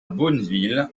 bonneville